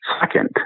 second